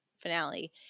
finale